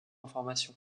informations